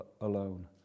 alone